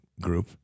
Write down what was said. group